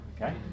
Okay